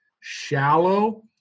shallow